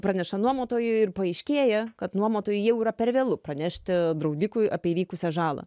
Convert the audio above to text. praneša nuomotojui ir paaiškėja kad nuomotojui jau yra per vėlu pranešti draudikui apie įvykusią žalą